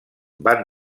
van